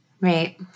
Right